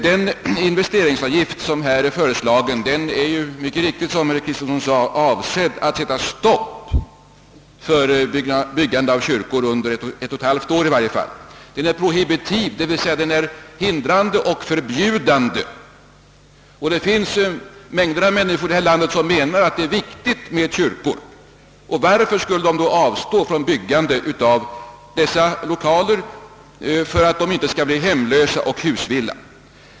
Den föreslagna investeringsavgiften är ju mycket riktigt som herr Kristenson sade avsedd att sätta stopp för byggande av kyrkor under i varje fall ett och ett halvt år. Den är prohibitiv d. v. s. den är hindrande och förbjudande, men det finns mängder av människor i det här landet som menar att det är viktigt med kyrkor. Varför skulle de då avstå från att bygga dessa loka ler? Varför skall de bli hemlösa och husvilla?